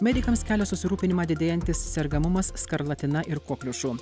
medikams kelia susirūpinimą didėjantis sergamumas skarlatina ir kokliušu